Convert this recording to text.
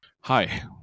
Hi